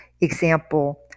example